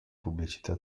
pubblicità